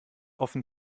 offen